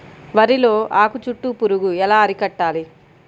వరిలో ఆకు చుట్టూ పురుగు ఎలా అరికట్టాలి?